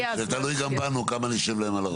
זה תלוי גם בנו, כמה נשב להם על הראש.